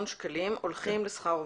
שקלים הולכים לשכר עובדים.